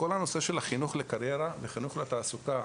כל הנושא של החינוך לקריירה וחינוך לתעסוקה,